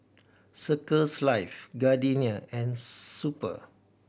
Circles Life Gardenia and Super